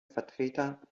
vertreter